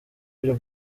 ibyo